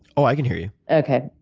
oh, i can hear you. okay.